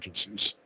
agencies